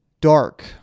dark